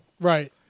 Right